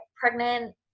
pregnant